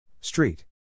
Street